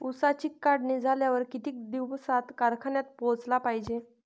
ऊसाची काढणी झाल्यावर किती दिवसात कारखान्यात पोहोचला पायजे?